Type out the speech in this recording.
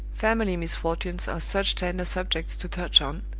family misfortunes are such tender subjects to touch on,